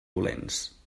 dolents